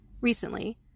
Recently